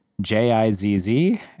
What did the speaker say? J-I-Z-Z